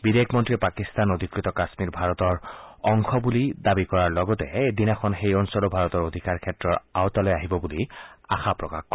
বিদেশ মন্ত্ৰীয়ে পাকিস্তান অধীকৃত কাশ্মীৰ ভাৰতৰ অংশ বুলি দাবী কৰাৰ লগতে এদিনাখন সেই অঞ্চলো ভাৰতৰ অধিকাৰ ক্ষেত্ৰৰ আওতালৈ আহিব বুলি আশা প্ৰকাশ কৰে